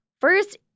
first